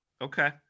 Okay